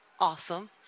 awesome